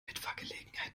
mitfahrgelegenheit